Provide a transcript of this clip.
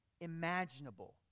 imaginable